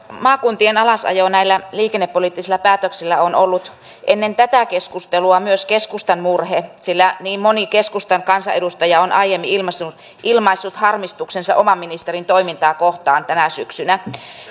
maakuntien alasajo näillä liikennepoliittisilla päätöksillä on ollut ennen tätä keskustelua myös keskustan murhe sillä niin moni keskustan kansanedustaja on aiemmin ilmaissut ilmaissut harmistuksensa oman ministerin toimintaa kohtaan tänä syksynä